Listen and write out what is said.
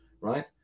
right